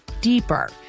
deeper